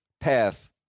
path